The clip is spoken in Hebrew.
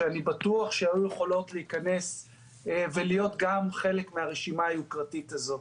שאני בטוח שהיו יכולות להיכנס ולהיות גם חלק מהרשימה היוקרתית הזאת.